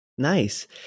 Nice